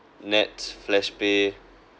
NETS flashpay